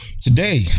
Today